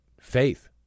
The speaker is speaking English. faith